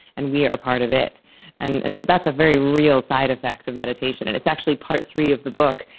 and we are part of it and and so that's a very real side effect of meditation, and it's actually part three of the book,